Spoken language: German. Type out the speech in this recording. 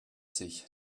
sich